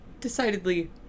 Decidedly